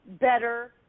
better